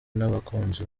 n’abakunzi